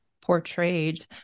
portrayed